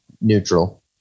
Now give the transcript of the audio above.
neutral